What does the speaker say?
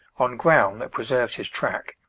on ground that preserves his track,